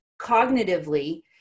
cognitively